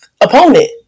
opponent